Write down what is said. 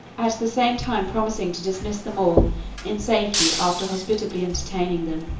at the same time promising to dismiss them all in safety after hospitably entertaining them.